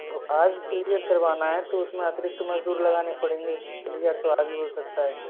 वो आज क्लियर करवाना है तो उसमें अतिरिक्त मजदूर लगाने पड़ेंगे क्लियर तो आज भी हो सकता है